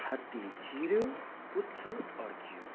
हात्ती छिर्यो पुच्छर अड्क्यो